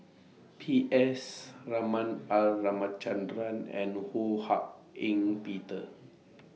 P S Raman R Ramachandran and Ho Hak Ean Peter